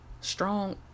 strong